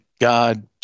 God